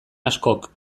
askok